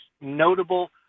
notable